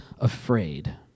afraid